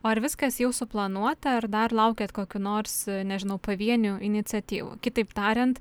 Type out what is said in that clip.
ar viskas jau suplanuota ar dar laukiat kokių nors nežinau pavienių iniciatyvų kitaip tariant